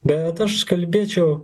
bet aš kalbėčiau